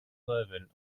leuven